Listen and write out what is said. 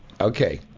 Okay